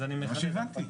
זה מה שהבנתי.